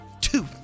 two